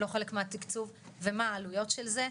לא חלק מהתקצוב ומה העלויות של זה.